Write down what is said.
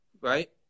right